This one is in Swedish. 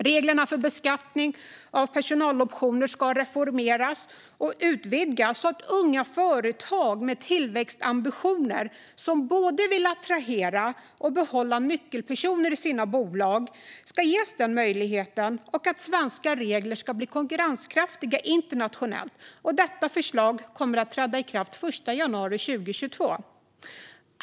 Reglerna för beskattning av personaloptioner ska reformeras och utvidgas så att unga företag med tillväxtambitioner som både vill attrahera och behålla nyckelpersoner i sina bolag ges den möjligheten och att svenska regler ska bli konkurrenskraftiga internationellt. Detta förslag kommer att träda i kraft den 1 januari 2022.